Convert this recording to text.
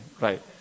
Right